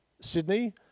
Sydney